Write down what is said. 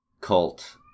cult